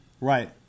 Right